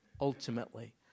ultimately